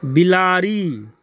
बिलाड़ि